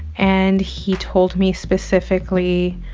and he told me, specifically,